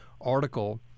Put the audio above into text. article